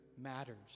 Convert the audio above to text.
matters